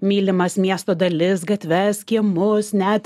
mylimas miesto dalis gatves kiemus net